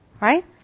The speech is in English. Right